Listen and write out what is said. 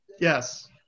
Yes